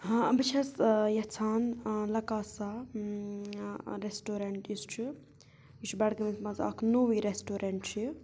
ہاں بہٕ چھَس یَژھان لَکاسا رٮ۪سٹورنٛٹ یُس چھُ یہِ چھُ بڈگٲمِس منٛز اَکھ نوٚوٕے رٮ۪سٹورنٛٹ چھِ یہِ